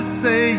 say